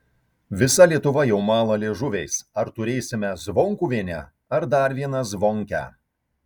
visa lietuva jau mala liežuviais ar turėsime zvonkuvienę ar dar vieną zvonkę